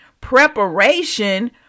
Preparation